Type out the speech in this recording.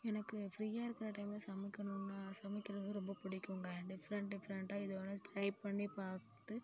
எனக்கு ஃப்ரீயாக இருக்கிற டைமில் சமைக்கணுன்னால் சமைக்கிறது வந்து ரொம்ப பிடிக்குங்க டிஃப்ரெண்ட் டிஃப்ரெண்ட்டாக ஏதோ ஒன்று ட்ரை பண்ணி பார்த்து